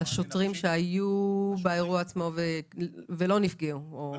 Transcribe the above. השוטרים שהיו באירוע עצמו ולא נפגעו פיזית.